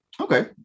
Okay